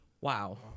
Wow